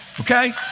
Okay